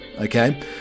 okay